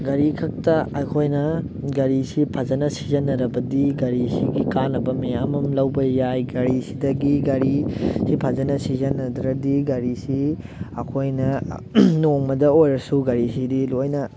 ꯒꯥꯔꯤ ꯈꯛꯇ ꯑꯩꯈꯣꯏꯅ ꯒꯥꯔꯤꯁꯤ ꯐꯖꯅ ꯁꯤꯖꯤꯟꯅꯔꯕꯗꯤ ꯒꯥꯔꯤꯁꯤꯒꯤ ꯀꯥꯟꯅꯕ ꯃꯌꯥꯝ ꯑꯃ ꯂꯧꯕ ꯌꯥꯏ ꯒꯥꯔꯤꯁꯤꯗꯒꯤ ꯒꯥꯔꯤꯁꯤ ꯐꯖꯅ ꯁꯤꯖꯤꯟꯅꯗ꯭ꯔꯗꯤ ꯒꯥꯔꯤꯁꯤ ꯑꯩꯈꯣꯏꯅ ꯅꯣꯡꯃꯗ ꯑꯣꯏꯔꯁꯨ ꯒꯥꯔꯤꯁꯤꯗꯤ ꯂꯣꯏꯅ